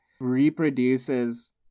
reproduces